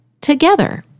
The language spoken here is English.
together